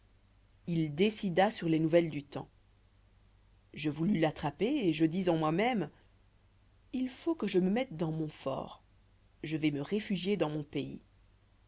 il décida sur les nouvelles du temps je voulus l'attraper et je dis en moi-même il faut que je me mette dans mon fort je vais me réfugier dans mon pays